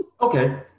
Okay